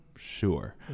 Sure